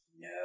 No